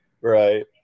Right